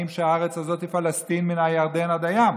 שהארץ הזו היא פלסטין מן הירדן עד הים?